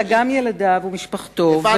אלא גם ילדיו ומשפחתו,